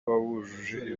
wujuje